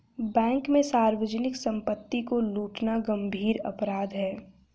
bank में सार्वजनिक सम्पत्ति को लूटना गम्भीर अपराध है